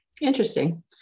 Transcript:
Interesting